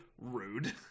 rude